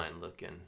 looking